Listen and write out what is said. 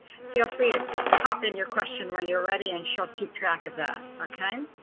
feel free to pop in your question when you're ready and she'll keep track of that, okay?